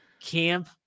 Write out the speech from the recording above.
camp